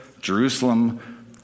Jerusalem